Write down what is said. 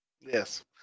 Yes